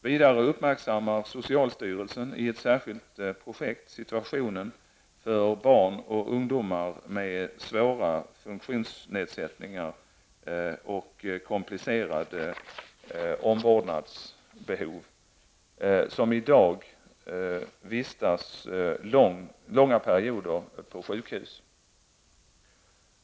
Vidare uppmärksammar socialstyrelsen i ett särskilt projekt situationen för barn och ungdomar med svåra funktionsnedsättningar och komplicerade omvårdnadsbehov som i dag vistas långa perioder på sjukhus.